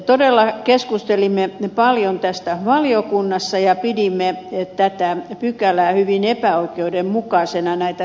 todella keskustelimme paljon tästä valiokunnassa ja pidimme tätä pykälää hyvin epäoikeudenmukaisena näitä reppanoita kohtaan